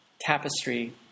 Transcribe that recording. tapestry